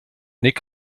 nick